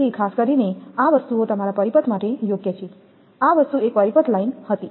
તેથી ખાસ કરીને આ વસ્તુઓ તમારા પરિપથ માટે યોગ્ય છે આ વસ્તુ એક પરિપથ લાઇન હતી